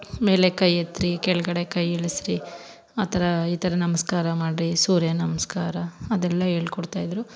ಮೇಲೆ ಕೈ ಎತ್ತಿರಿ ಕೆಳಗಡೆ ಕೈ ಇಳಿಸ್ರಿ ಆ ಥರ ಈ ಥರ ನಮಸ್ಕಾರ ಮಾಡ್ರಿ ಸೂರ್ಯ ನಮಸ್ಕಾರ ಅದೆಲ್ಲ ಹೇಳ್ಕೊಡ್ತಾ ಇದ್ದರು